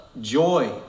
joy